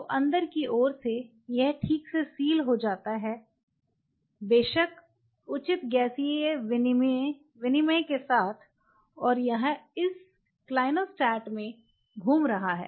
तो अंदर की ओर से यह ठीक से सील हो जाता है बेशक उचित गैसीय विनिमय के साथ और यह इस क्लिनोस्टेट में घूम रहा है